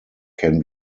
can